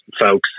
folks